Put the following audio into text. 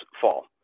fall